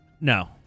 No